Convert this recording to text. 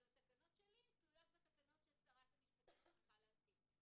אבל התקנות שלי תלויות בתקנות ששרת המשפטים צריכה להתקין.